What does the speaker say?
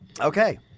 Okay